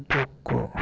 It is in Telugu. దూకు